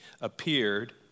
appeared